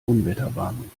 unwetterwarnung